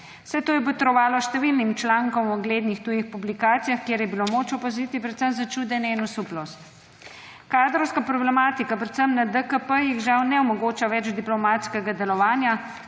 vse to je botrovalo številnim člankom v uglednih tujih publikacijah, kjer je bilo moč opaziti predvsem začudenje in osuplost. Kadrovska problematika predvsem na DKP-jih žal ne omogoča več diplomatskega delovanja,